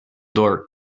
door